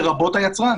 לרבות היצרן